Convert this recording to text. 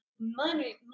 money